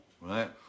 right